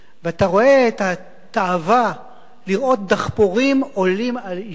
אתה רואה את התאווה לראות דחפורים עולים על יישוב,